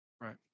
Right